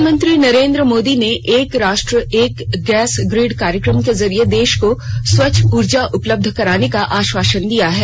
प्रधानमंत्री नरेन्द्र मोदी ने एक राष्ट्र एक गैस ग्रिड कार्यक्रम के ज़रिये देश को स्वच्छ ऊर्जा उपलब्ध कराने का आश्वासन दिया है